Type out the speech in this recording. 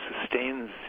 sustains